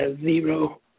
zero